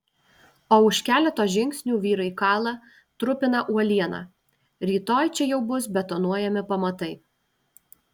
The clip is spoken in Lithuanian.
o už keleto žingsnių vyrai kala trupina uolieną rytoj čia jau bus betonuojami pamatai